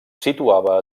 situava